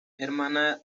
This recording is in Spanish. hermana